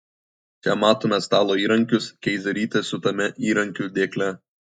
čia matome stalo įrankius keizerytės siūtame įrankių dėkle